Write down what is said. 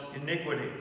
iniquity